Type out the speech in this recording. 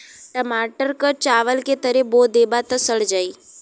टमाटर क चावल के तरे बो देबा त सड़ जाई